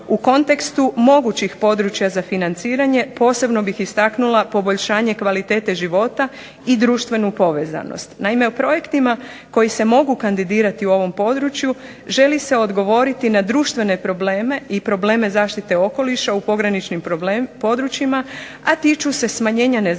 U kontekstu mogućih područja za financiranje, posebno bih istaknula poboljšanje kvalitete života i društvenu povezanost. Naime u projektima koji se mogu kandidirati u ovom području želi se odgovoriti na društvene probleme i probleme zaštite okoliša u pograničnim područjima, a tiču se smanjenja nezaposlenosti